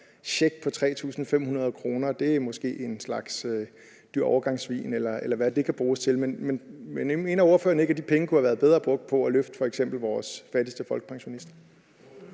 check på 3.500 kr.? Det er måske en slags dyr årgangsvin, eller hvad ved jeg, det kan bruges til. Men mener ordføreren ikke, at de penge kunne have været bedre brugt på at løfte f.eks. vores fattigste folkepensionister?